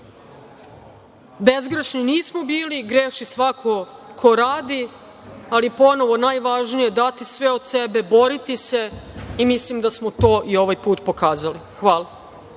nismo bili, greši svako ko radi, ali ponovo, najvažnije dati sve od sebe, boriti se i mislim da smo to i ovaj put pokazali. Hvala